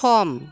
सम